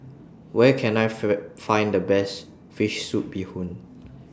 Where Can I Find The Best Fish Soup Bee Hoon